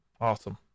awesome